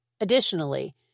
Additionally